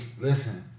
listen